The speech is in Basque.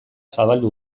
zabaldu